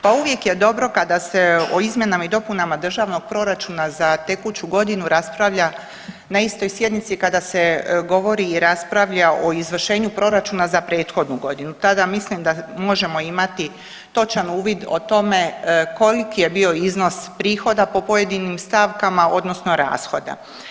Pa uvijek je dobro kada se o izmjenama i dopunama Državnog proračuna za tekuću godinu raspravlja na istoj sjednici kada se govori i raspravlja o izvršenju proračuna za prethodnu godinu, tada mislim da možemo imati točan uvid o tome koliki je bio iznos prihoda po pojedinim stavkama odnosno rashoda.